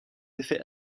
effets